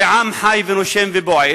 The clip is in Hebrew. זה עם חי ונושם ובועט,